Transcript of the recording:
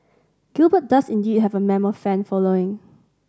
Gilbert does indeed have a mammoth fan following